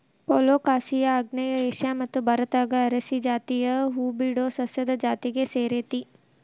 colocasia ಆಗ್ನೇಯ Asia ಮತ್ತು ಭಾರತದಾಗ ಅರೇಸಿ ಜಾತಿಯ ಹೂಬಿಡೊ ಸಸ್ಯದ ಜಾತಿಗೆ ಸೇರೇತಿ